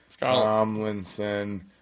Tomlinson